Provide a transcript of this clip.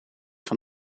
van